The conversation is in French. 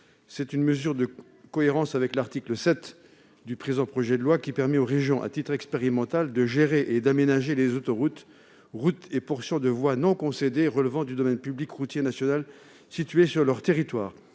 C'est une mesure de cohérence avec l'article 7 de ce projet de loi qui permet aux régions, à titre expérimental, de gérer et d'aménager les autoroutes, routes et portions de voies non concédées relevant du domaine public routier national situées sur leur territoire.